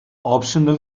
optional